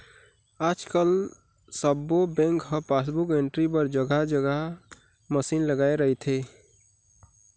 आजकाल सब्बो बेंक ह पासबुक एंटरी बर जघा जघा मसीन लगाए रहिथे